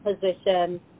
position